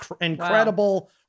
incredible